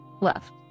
left